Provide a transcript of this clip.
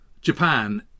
Japan